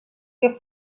que